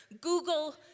Google